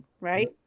right